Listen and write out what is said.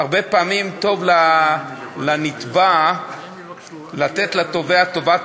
הרבה פעמים טוב לנתבע לתת לתובע טובת